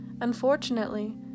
Unfortunately